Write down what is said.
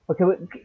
okay